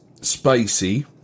spicy